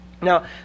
Now